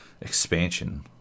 expansion